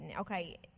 okay